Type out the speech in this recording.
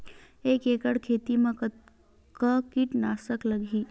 एक एकड़ खेती कतका किट नाशक लगही?